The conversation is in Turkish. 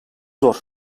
zor